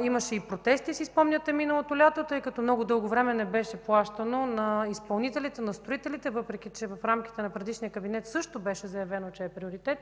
имаше и протести миналото лято, тъй като много дълго време не беше плащано на изпълнителите, на строителите, въпреки че в рамките на предишния кабинет също беше заявено, че е приоритет,